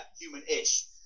human-ish